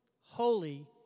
holy